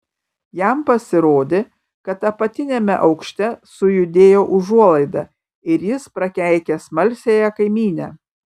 jam pasirodė kad apatiniame aukšte sujudėjo užuolaida ir jis prakeikė smalsiąją kaimynę